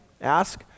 ask